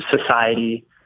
society